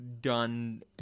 done